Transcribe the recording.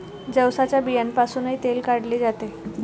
जवसाच्या बियांपासूनही तेल काढले जाते